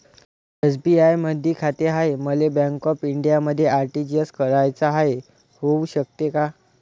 SBI मधी खाते हाय, मले बँक ऑफ इंडियामध्ये आर.टी.जी.एस कराच हाय, होऊ शकते का?